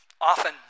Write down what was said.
often